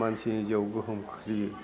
मानसिनि जिवाव गोहोम खोख्लैयो